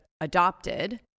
adopted